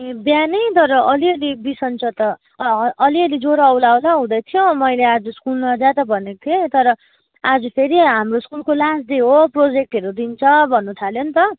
बिहानै तर अलि अलि बिसन्चो त अँ अलि अलि ज्वरो आउला आउला हुँदै थियो मैले आज त स्कुल नजा त भनेको थिएँ तर आज फेरि हाम्रो स्कुलको लास्ट डे हो प्रोजेक्टहरू दिन्छ भन्नुथाल्यो नि त